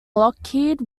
lockheed